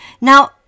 Now